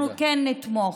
אנחנו כן נתמוך.